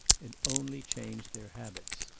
it only changed their habits.